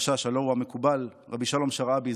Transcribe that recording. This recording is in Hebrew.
הלוא הוא המקובל רבי שלום שרעבי,